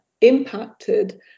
impacted